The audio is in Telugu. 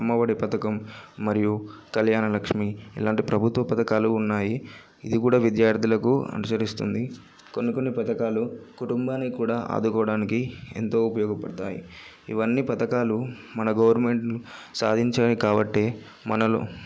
అమ్మ ఒడి పథకం మరియు కళ్యాణ లక్ష్మి ఇలాంటి ప్రభుత్వ పథకాలు ఉన్నాయి ఇది కూడా విద్యార్థులకు అనుసరిస్తుంది కొన్ని కొన్ని పథకాలు కుటుంబాన్ని కూడా ఆదుకోవడానికి ఎంతో ఉపయోగపడుతాయి ఇవన్నీ పథకాలు మన గవర్నమెంట్ సాధించాయి కాబట్టి మనలో